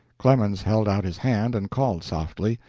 clemens held out his hand and called softly.